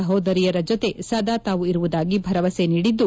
ಸಹೋದರಿಯರ ಜೊತೆ ಸದಾ ತಾವು ಇರುವುದಾಗಿ ಭರವಸೆ ನೀಡಿದ್ದು